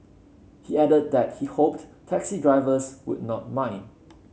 he added that he hoped taxi drivers would not mind